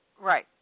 Right